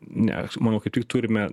ne aš manau kaip tik turime